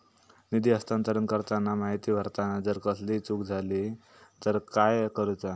निधी हस्तांतरण करताना माहिती भरताना जर कसलीय चूक जाली तर काय करूचा?